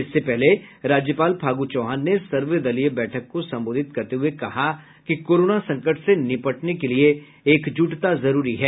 इससे पहले राज्यपाल फागू चौहान ने सर्वदलीस बैठक को संबोधित करते हुये कहा कि कोरोना संकट से निपटने के लिए एकजुटता जरूरी है